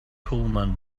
pullman